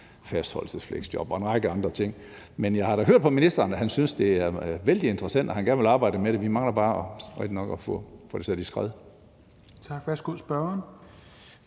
fastholdelse i fleksjob og en række andre ting. Men jeg har da hørt på ministeren, at han synes, det er vældig interessant, og at han gerne vil arbejde med det. Vi mangler bare – det er rigtigt nok – at få det sat i skred. Kl. 16:38 Fjerde